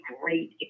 great